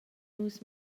nus